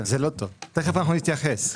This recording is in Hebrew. תכף אנחנו נתייחס.